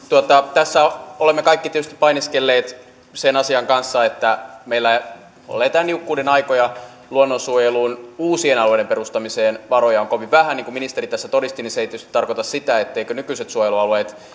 tässä olemme kaikki tietysti painiskelleet sen asian kanssa että meillä eletään niukkuuden aikoja luonnonsuojeluun uusien alueiden perustamiseen varoja on kovin vähän niin kuin ministeri tässä todisti se ei tietysti tarkoita sitä etteivätkö nykyiset suojelualueet